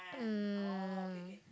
mm